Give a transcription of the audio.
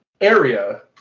area